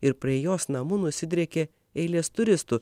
ir prie jos namų nusidriekė eilės turistų